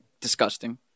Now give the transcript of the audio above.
disgusting